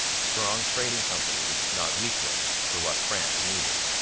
strong trading companies not weak ones were what france needed.